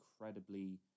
incredibly